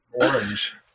Orange